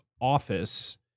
office